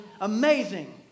amazing